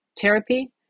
therapy